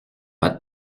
pas